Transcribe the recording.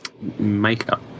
makeup